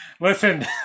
listen